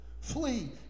Flee